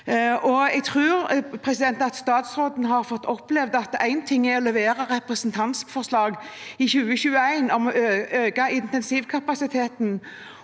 Jeg tror statsråden har fått oppleve at det er én ting å levere representantforslag i 2021 om å øke intensivkapasiteten,